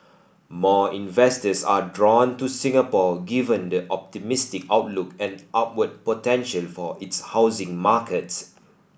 more investors are drawn to Singapore given the optimistic outlook and upward potential for its housing market